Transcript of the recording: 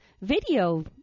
Video